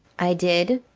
i did.